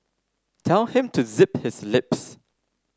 tell him to zip his lip